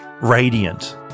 Radiant